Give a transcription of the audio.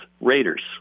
Raiders